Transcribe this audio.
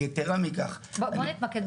יתרה מכך -- בוא נתמקד.